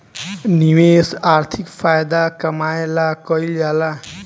निवेश आर्थिक फायदा कमाए ला कइल जाला